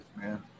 man